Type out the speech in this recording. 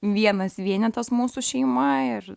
vienas vienetas mūsų šeima ir